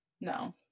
no